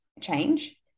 change